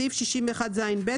בסעיף 61ז (ב),